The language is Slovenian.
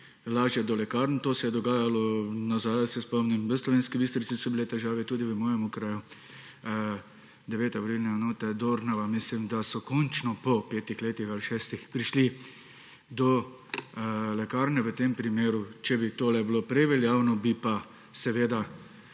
lažje do lekarn. To se je dogajalo, se spomnim, v Slovenski Bistrici so bile težave, tudi v mojem okraju, 9. volilni enoti Dornova mislim, da so končno po petih ali šestih letih prišli do lekarne. Če bi tole bilo prej veljavno, bi pa seveda